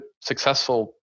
successful